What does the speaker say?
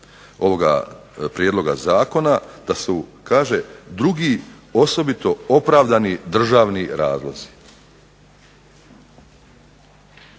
ovoga prijedloga zakona, da su kaže, drugi osobito opravdani državni razlozi.